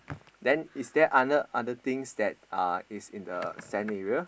then is there other other things that uh is in the sand area